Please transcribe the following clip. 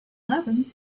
eleven